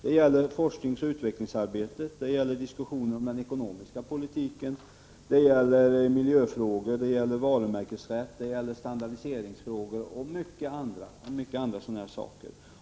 Det gäller beträffande forskningsoch utvecklingsarbete, den ekonomiska politiken, miljöfrågor, varumärkesrätt, standardiseringsfrågor och många andra sådana saker.